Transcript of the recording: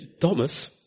Thomas